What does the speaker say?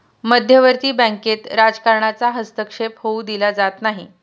मध्यवर्ती बँकेत राजकारणाचा हस्तक्षेप होऊ दिला जात नाही